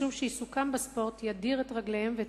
משום שעיסוקם בספורט ידיר את רגליהם ואת